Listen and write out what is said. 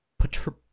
Patrol